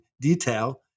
detail